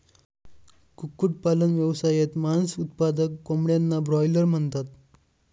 कुक्कुटपालन व्यवसायात, मांस उत्पादक कोंबड्यांना ब्रॉयलर म्हणतात